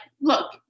look